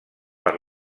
per